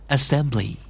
Assembly